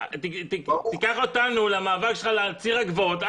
תיקח אותנו למאבק שלך על ציר הגבעות.